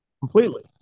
completely